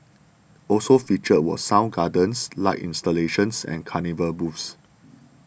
also featured were sound gardens light installations and carnival booths